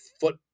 foot